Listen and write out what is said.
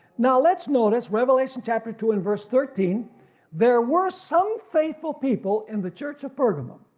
now let's notice revelation chapter two and verse thirteen there were some faithful people in the church of pergamum,